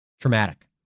traumatic